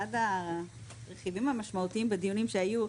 אחד הרכיבים המשמעותיים בדיונים שהיו,